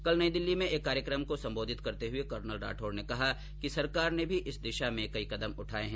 कल नई दिल्ली में एक कार्यक्रम को संबोधित करते हुए कर्नल राठौड़ ने कहा कि सरकार ने भी इस दिशा में कई कदम उठाये हैं